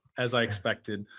as i expected.